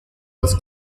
als